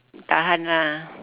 tahan lah